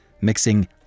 Mixing